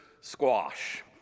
squash